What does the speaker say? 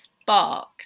spark